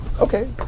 Okay